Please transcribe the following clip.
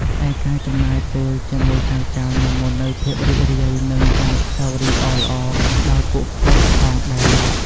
ឯការចំណាយពេលជាមួយចៅៗនាំមកនូវភាពរីករាយ និងអនុស្សាវរីយ៍ល្អៗដល់ពួកគាត់ផងដែរ។